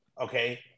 okay